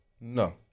No